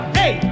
hey